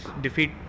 defeat